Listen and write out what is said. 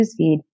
newsfeed